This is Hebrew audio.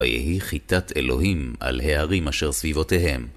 ויהי חיטת אלוהים על הערים אשר סביבותיהם.